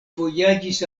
vojaĝis